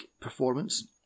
performance